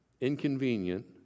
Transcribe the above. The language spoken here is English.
inconvenient